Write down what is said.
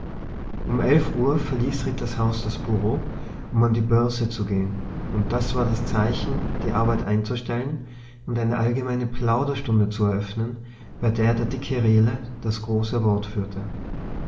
um elf uhr verließ rittershaus das bureau um an die börse zu gehen und das war das zeichen die arbeit einzustellen und eine allgemeine plauderstunde zu eröffnen bei der der dicke rehle das große wort führte